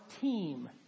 team